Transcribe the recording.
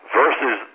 versus